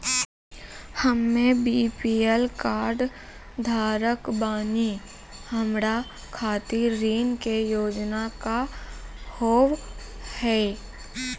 हम्मे BPL card धारक बानि हमारा खातिर ऋण के योजना का होव हेय?